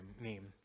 name